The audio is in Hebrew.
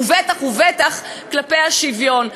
ובטח ובטח כלפי השוויון.